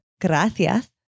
Gracias